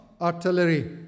artillery